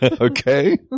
Okay